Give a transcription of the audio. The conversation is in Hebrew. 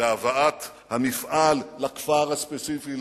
בהבאת המפעל לכפר הספציפי,